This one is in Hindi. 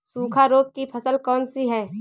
सूखा रोग की फसल कौन सी है?